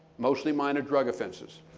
mostly minor drug offenses.